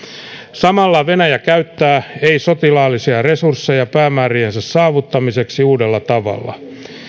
samalla venäjä käyttää ei sotilaallisia resursseja päämääriensä saavuttamiseksi uudella tavalla